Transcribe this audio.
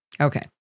Okay